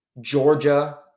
Georgia